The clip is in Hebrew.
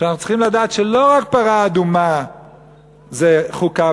שאנחנו צריכים לדעת שלא רק פרה אדומה זה חוקה